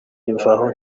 imvaho